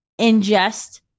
ingest